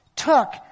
took